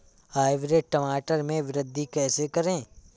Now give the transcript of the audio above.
Hybrid टमाटर में वृद्धि कैसे करें?